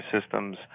systems